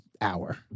hour